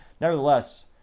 nevertheless